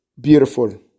beautiful